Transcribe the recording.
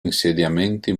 insediamenti